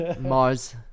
Mars